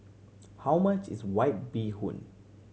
how much is White Bee Hoon